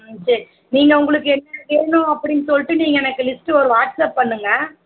ம் சரி நீங்கள் உங்களுக்கு என்ன வேணும் அப்படின்னு சொல்லிட்டு நீங்கள் எனக்கு லிஸ்ட்டு ஒரு வாட்ஸ்ஆப் பண்ணுங்கள்